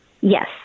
Yes